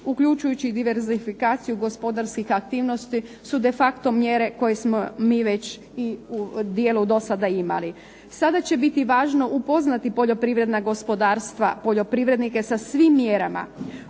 uključivši diversifikaciju gospodarskih aktivnosti su de facto mjere koje smo mi u dijelu imali. Sada će biti važno upoznati poljoprivredna gospodarstva, poljoprivrednike sa svim mjerama,